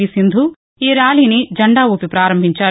వి సింధు ఈ ర్యాలీని జెండా ఊపి ప్రారంభించారు